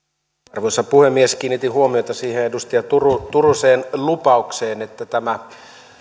arvoisa puhemies kiinnitin huomiota edustaja turusen lupaukseen että tämä